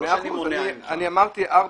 לא אני אמנה ממך.